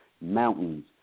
mountains